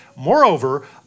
Moreover